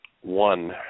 one